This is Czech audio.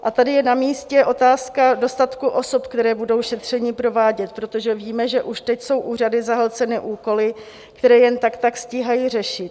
A tady je na místě otázka dostatku osob, které budou šetření provádět, protože víme, že už teď jsou úřady zahlceny úkoly, které jen tak tak stíhají řešit.